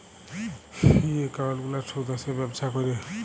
ই account গুলার সুদ আসে ব্যবছা ক্যরে